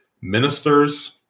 ministers